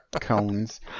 Cones